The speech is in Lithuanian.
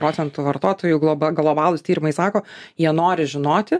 procentų vartotojų globa globalūs tyrimai sako jie nori žinoti